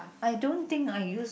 I don't think I use